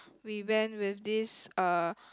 we went with this uh